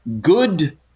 good